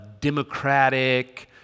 democratic